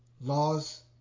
Laws